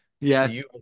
Yes